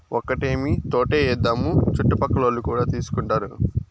ఒక్కటేమీ తోటే ఏద్దాము చుట్టుపక్కలోల్లు కూడా తీసుకుంటారు